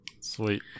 Sweet